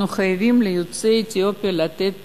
אנחנו חייבים ליוצאי אתיופיה לתת פי-שניים,